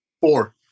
Four